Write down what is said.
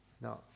Now